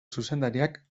zuzendariak